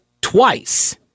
twice